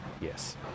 Yes